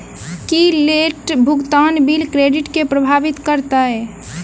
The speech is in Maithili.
की लेट भुगतान बिल क्रेडिट केँ प्रभावित करतै?